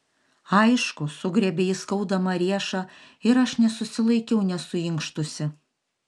aišku sugriebė jis skaudamą riešą ir aš nesusilaikiau nesuinkštusi